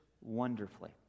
wonderfully